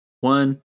one